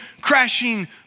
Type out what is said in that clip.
crashing